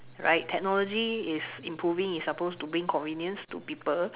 right technology is improving it's supposed to bring convenience to people